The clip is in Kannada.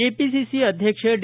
ಕೆಪಿಸಿಸಿ ಅಧ್ಯಕ್ಷ ಡಿ